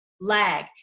lag